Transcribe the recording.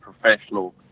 professional